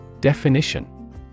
Definition